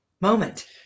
moment